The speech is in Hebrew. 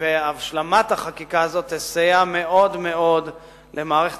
והשלמת החקיקה הזאת יסייעו מאוד למערכת